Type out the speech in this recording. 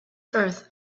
earth